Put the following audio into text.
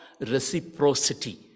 reciprocity